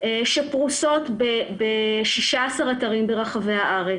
שפרוסות ב-26 אתרים ברחבי הארץ.